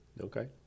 Okay